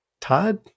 todd